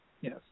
yes